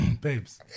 babes